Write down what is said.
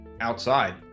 outside